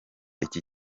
iki